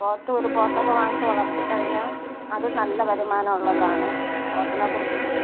പോത്ത് ഒരു പോത്തൊക്കെ വാങ്ങിച്ചു വളര്ത്തിക്കഴിഞ്ഞാല് അത് നല്ല ഒരു വരുമാനമുള്ളതാണ് പോത്തിനെ കുറിച്ച്